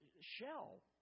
shell